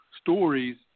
stories